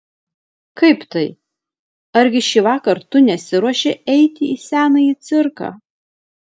kaip tai argi šįvakar tu nesiruoši eiti į senąjį cirką